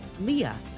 Leah